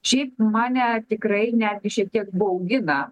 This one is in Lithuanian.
šiaip mane tikrai netgi šiek tiek baugina